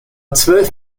zwölf